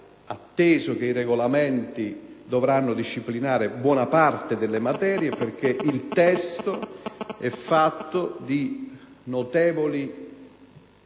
atteso che i regolamenti dovranno disciplinare buona parte delle materie, in quanto il testo è fatto di notevoli